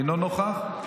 אינו נוכח.